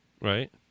Right